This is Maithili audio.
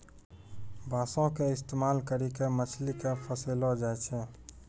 बांसो के इस्तेमाल करि के मछली के फसैलो जाय छै